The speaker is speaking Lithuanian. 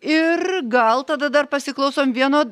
ir gal tada dar pasiklausom vieno